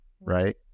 Right